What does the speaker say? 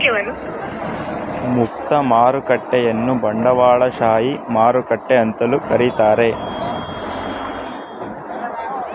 ಮುಕ್ತ ಮಾರುಕಟ್ಟೆಯನ್ನ ಬಂಡವಾಳಶಾಹಿ ಮಾರುಕಟ್ಟೆ ಅಂತಲೂ ಕರೀತಾರೆ